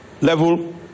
level